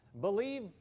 believe